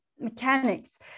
mechanics